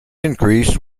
increase